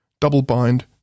Double-bind